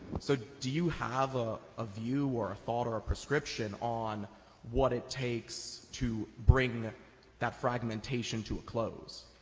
so do you have a a view or a thought or a prescription on what it takes to bring that that fragmentation to a close?